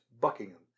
Buckingham